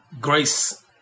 grace